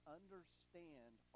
understand